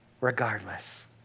regardless